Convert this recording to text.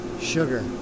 sugar